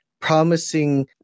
promising